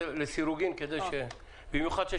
בבקשה.